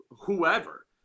whoever